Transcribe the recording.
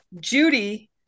Judy